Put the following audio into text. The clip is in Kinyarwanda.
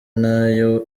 nayo